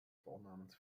vornamens